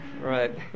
Right